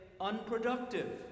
unproductive